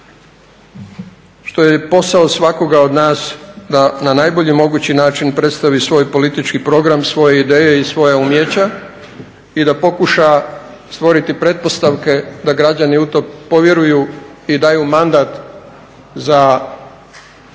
što je posao svakoga od nas da na najbolji mogući način predstavi svoj politički program, svoje ideje i svoja umijeća i da pokuša stvoriti pretpostavke da građani u to povjeruju i daju mandat za